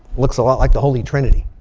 looks a lot like the holy trinity.